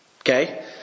Okay